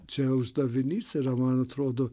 čia uždavinys yra man atrodo